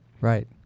Right